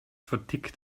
vertickt